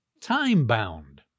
time-bound